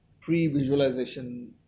pre-visualization